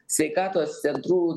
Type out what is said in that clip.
sveikatos centrų